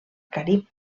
carib